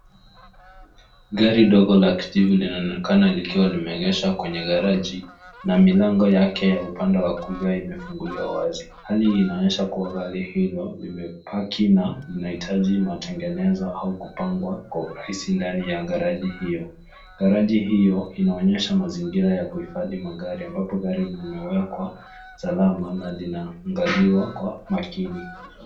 Gari dogo la kijivu linaonekana likiwa limeegeshwa kwenye gereji na milango yake ya upande wa kulia imefunguliwa wazi. Hali inaonyesha kuwa gari hilo limepaki na linahitaji matengenezo au kupangwa kwa urahisi ndani ya gereji hio. Gereji hio inaonyesha mazingira ya kuhifadhi magari ambapo gari limewekwa salama na linaangaliwa kwa makini.